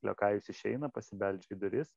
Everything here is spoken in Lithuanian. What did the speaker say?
liokajus išeina pasibeldžia į duris